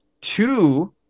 two